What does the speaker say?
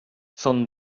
són